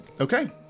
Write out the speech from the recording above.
Okay